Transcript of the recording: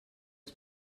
als